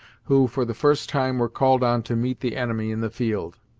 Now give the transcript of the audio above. who, for the first time were called on to meet the enemy in the field.